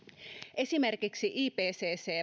esimerkiksi ipcc